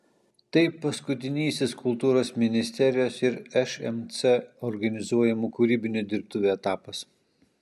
tai paskutinysis kultūros ministerijos ir šmc organizuojamų kūrybinių dirbtuvių etapas